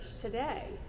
today